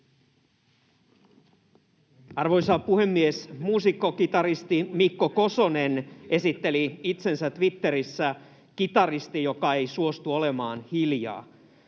Arvoisa puhemies! Muusikko, kitaristi Mikko Kosonen esitteli itsensä Twitterissä kitaristiksi, joka ei suostu olemaan hiljaa.